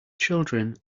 children